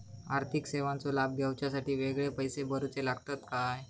आर्थिक सेवेंचो लाभ घेवच्यासाठी वेगळे पैसे भरुचे लागतत काय?